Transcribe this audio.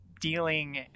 dealing